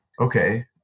okay